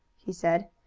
he said,